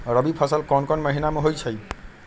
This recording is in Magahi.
रबी फसल कोंन कोंन महिना में होइ छइ?